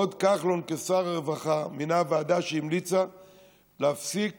עוד כשר הרווחה כחלון מינה ועדה שהמליצה להפסיק